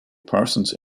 parsons